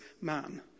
man